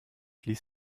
ließ